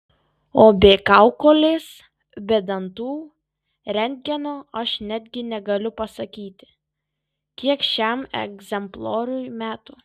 o be kaukolės be dantų rentgeno aš netgi negaliu pasakyti kiek šiam egzemplioriui metų